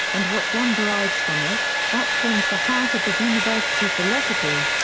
and what one derives from it, that forms the heart of the university philosophy.